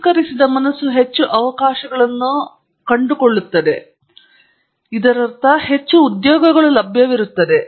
ಸಂಸ್ಕರಿಸಿದ ಮನಸ್ಸು ಹೆಚ್ಚು ಅವಕಾಶಗಳನ್ನು ನೀಡುತ್ತದೆ ಮತ್ತು ಇದರಿಂದ ಕಂಡುಕೊಳ್ಳಬಹುದು ಇದರರ್ಥ ನಾನು ಹೆಚ್ಚು ಉದ್ಯೋಗಗಳು ಲಭ್ಯವಿರುತ್ತದೆ